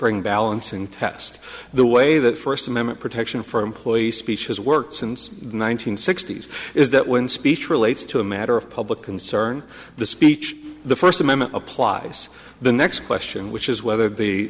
ring balancing test the way that first amendment protection for employees speech has worked since the one nine hundred sixty s is that when speech relates to a matter of public concern the speech the first amendment applies the next question which is whether the